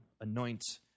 anoint